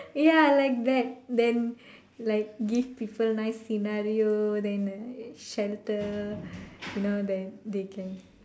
ya like that then like give people nice scenario then a shelter you know then they can